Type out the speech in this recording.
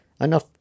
enough